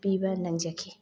ꯄꯤꯕ ꯅꯪꯖꯈꯤ